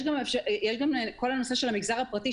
יש גם את כל הנושא של המגזר הפרטי,